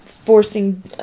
forcing